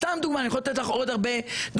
זוהי סתם דוגמה; אני יכול לתת לך עוד הרבה דוגמאות,